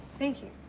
thank you.